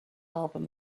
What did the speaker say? album